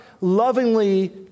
lovingly